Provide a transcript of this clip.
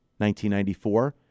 1994